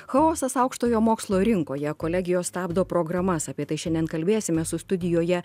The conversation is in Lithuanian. chaosas aukštojo mokslo rinkoje kolegijos stabdo programas apie tai šiandien kalbėsime su studijoje